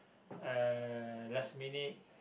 uh last minute